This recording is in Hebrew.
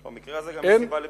במקרה הזה גם אין סיבה לביקורת.